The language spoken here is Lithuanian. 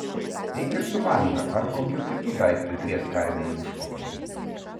eik ir su bandža ar kokiu kitu daiktu įkrėsk karvei į užpakalį